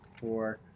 four